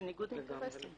זה ניגוד אינטרסים.